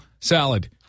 salad